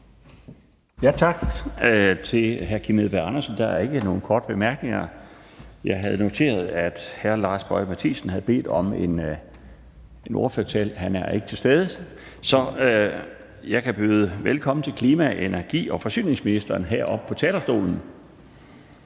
Tak til hr. Kim Edberg Andersen. Der er ikke nogen korte bemærkninger. Jeg havde noteret, at hr. Lars Boje Mathiesen havde bedt om en ordførertale. Han er ikke til stede, så jeg kan byde velkommen til klima-, energi- og forsyningsministeren heroppe på talerstolen.